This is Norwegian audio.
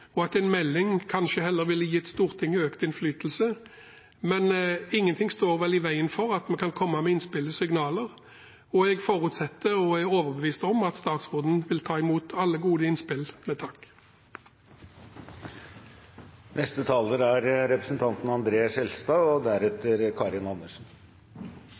innholdet i en eksakt strategi, og at en melding kanskje heller ville gitt Stortinget økt innflytelse, men ingenting står vel i veien for at vi kan komme med innspill og signaler. Jeg forutsetter og er overbevist om at statsråden vil ta imot alle gode innspill med takk. Det er